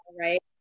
right